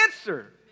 answer